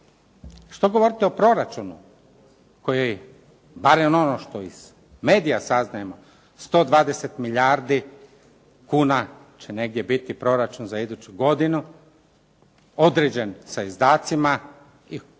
Što govorite o proračunu koji barem ono što iz medija saznajemo 120 milijardi kuna će negdje biti proračun za iduću godinu određen sa izdacima i u biti